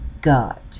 God